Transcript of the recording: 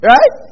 Right